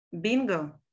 bingo